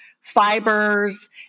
fibers